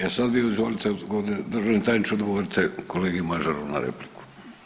E sad vi izvolite, državni tajniče, odgovorite kolegi Mažaru na repliku.